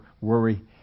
worry